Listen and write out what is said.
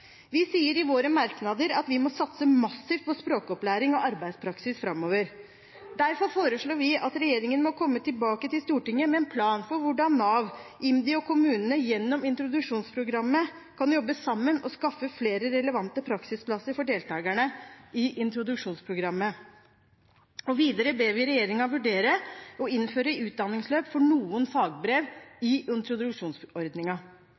Vi sier i våre merknader at vi må satse massivt på språkopplæring og arbeidspraksis framover. Derfor foreslår flertallet i komiteen at regjeringen må komme tilbake til Stortinget med en plan for hvordan Nav, IMDi og kommunene gjennom introduksjonsprogrammet kan jobbe sammen og skaffe flere relevante praksisplasser for deltakerne i introduksjonsprogrammet. Videre blir regjeringen bedt om å vurdere å innføre utdanningsløp for noen fagbrev